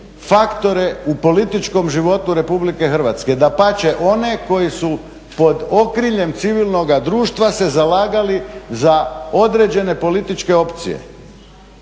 faktore u političkom životu RH, dapače one koje su pod okriljem civilnoga društva se zalagali za određene političke opcije,